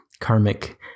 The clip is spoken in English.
karmic